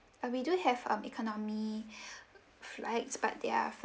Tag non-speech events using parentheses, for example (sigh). uh we do have um economy (breath) flights but they're